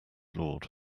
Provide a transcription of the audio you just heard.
lord